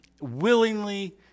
willingly